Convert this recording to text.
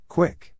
Quick